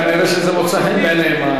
כנראה זה מוצא חן בעיניהם,